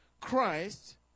christ